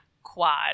quad